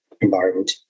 environment